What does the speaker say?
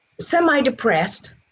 semi-depressed